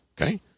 Okay